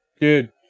dude